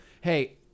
Hey